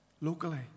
locally